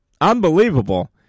unbelievable